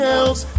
else